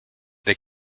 they